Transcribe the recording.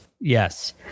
Yes